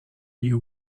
you